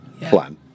plan